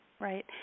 Right